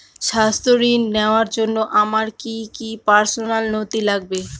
স্বাস্থ্য ঋণ নেওয়ার জন্য আমার কি কি পার্সোনাল নথি লাগবে?